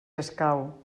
escau